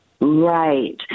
Right